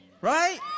Right